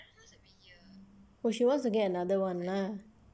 oh she wants to get another [one] lah